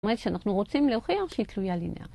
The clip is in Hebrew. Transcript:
זאת אומרת שאנחנו רוצים להוכיח שהיא תלויה לינארית.